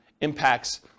impacts